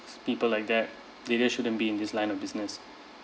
people like that they just shouldn't be in this line of business